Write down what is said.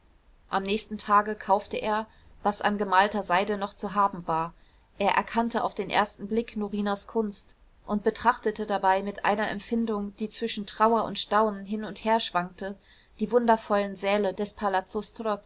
am nächsten tage kaufte er was an gemalter seide noch zu haben war er erkannte auf den ersten blick norinas kunst und betrachtete dabei mit einer empfindung die zwischen trauer und staunen hin und her schwankte die wundervollen säle des palazzo